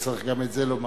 וצריך גם את זה לומר.